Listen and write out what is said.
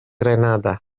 grenada